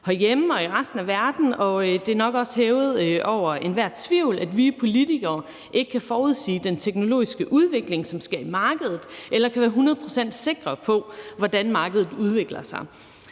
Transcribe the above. herhjemme og i resten af verden, og det er nok også hævet over enhver tvivl, at vi politikere ikke kan forudsige den teknologiske udvikling, som sker i markedet, eller kan være hundrede procent sikre på, hvordan markedet udvikler sig.